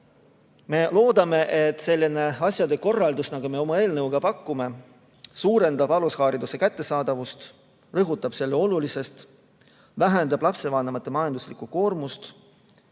Me loodame, et selline asjade korraldus, nagu me oma eelnõuga pakume, suurendab alushariduse kättesaadavust, rõhutab selle olulisust, vähendab lastevanemate majanduslikku koormust,